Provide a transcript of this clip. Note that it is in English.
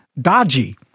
dodgy